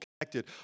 connected